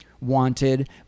wanted